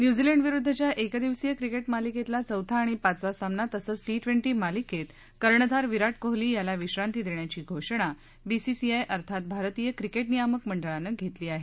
न्यूझीलंडविरुद्धच्या एकदिवसीय क्रिकेट मालिकेतला चौथा आणि पाचवा सामना तसंच टी टवेंटी मालिकेत कर्णधार विराट कोहली याला विश्रांती देण्याची घोषणा बीसीसीआय अर्थात भारतीय क्रिकेट नियामक मंडळानं केली आहे